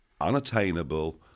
unattainable